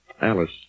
Alice